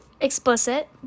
explicit